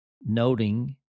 noting